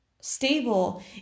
stable